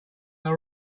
that